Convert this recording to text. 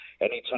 Anytime